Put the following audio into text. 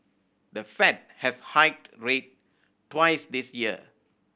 the Fed has hiked rate twice this year